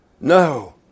no